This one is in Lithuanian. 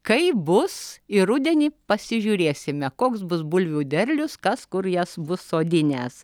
kaip bus ir rudenį pasižiūrėsime koks bus bulvių derlius kas kur jas bus sodinęs